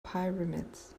pyramids